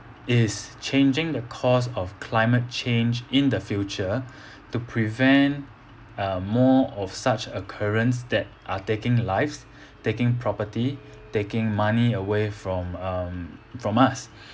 is changing the course of climate change in the future to prevent uh more of such occurrence that are taking the lives taking property taking money away from um from us